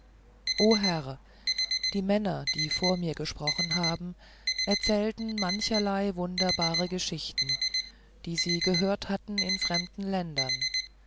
herr die männer die vor mir gesprochen haben erzählten mancherlei wunderbare geschichten die sie gehört hatten in fremden ländern